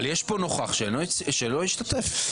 אבל יש פה נוכח שלא השתתף.